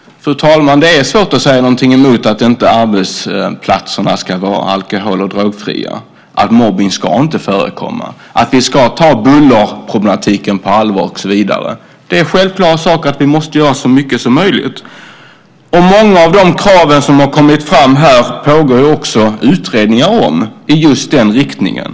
Fru talman! Det är svårt att säga någonting emot att arbetsplatserna ska vara alkohol och drogfria, att mobbning inte ska förekomma, att vi ska ta bullerproblematiken på allvar och så vidare. Det självklart att vi måste göra så mycket möjligt. Många av de krav som har kommit fram här pågår det utredningar om i just den riktningen.